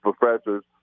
professor's